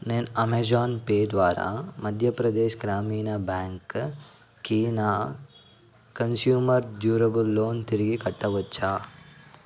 నేను Amazon Pay ద్వారా మధ్యప్రదేశ్ గ్రామీణ బ్యాంక్కి నా కన్స్యూమర్ డ్యూరబుల్ లోన్ తిరిగి కట్టవచ్చా